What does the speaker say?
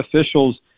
officials